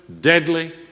deadly